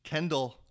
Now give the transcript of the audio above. Kendall